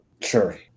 Sure